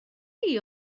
chi